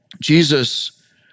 Jesus